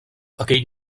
aquell